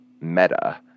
meta